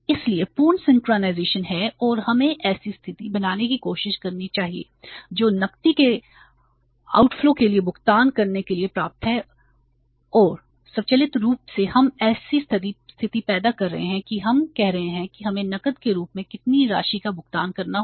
इसलिए पूर्ण सिंक्रनाइज़ेशन के लिए भुगतान करने के लिए पर्याप्त है और स्वचालित रूप से हम ऐसी स्थिति पैदा कर रहे हैं कि हम कह रहे हैं कि हमें नकद के रूप में कितनी राशि का भुगतान करना होगा